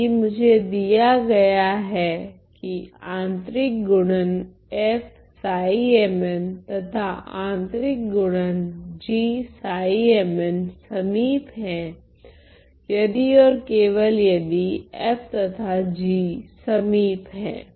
यदि मुझे दिया गया है कि आंतरिक गुणन f तथा आंतरिक गुणन g समीप है यदि ओर केवल यदि f तथा g समीप हैं